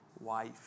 wife